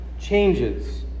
changes